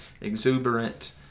exuberant